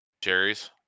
Cherries